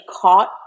caught